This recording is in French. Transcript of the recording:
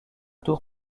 tour